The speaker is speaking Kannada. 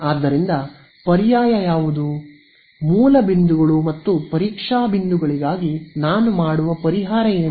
ಆದ್ದರಿಂದ ಪರ್ಯಾಯ ಯಾವುದು ಮೂಲ ಬಿಂದುಗಳು ಮತ್ತು ಪರೀಕ್ಷಾ ಬಿಂದುಗಳಿಗಾಗಿ ನಾನು ಮಾಡುವ ಪರಿಹಾರ ಏನು